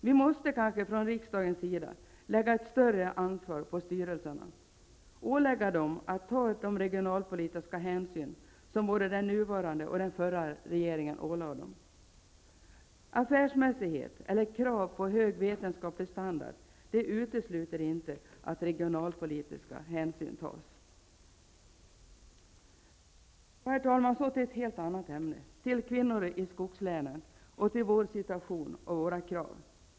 Vi måste kanske från riksdagens sida lägga ett större ansvar på styrelserna, ålägga dem att ta de regionalpolitiska hänsyn som både den nuvarande och den förra regeringen ålade dem. Affärsmässighet eller krav på hög vetenskaplig standard utesluter inte att regionalpolitiska hänsyn tas. Herr talman! Så till ett helt annat ämne -- till kvinnor i skogslänen, till vår situation och våra krav.